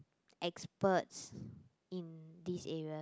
experts in these areas